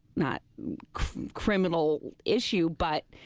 not criminal issue, but,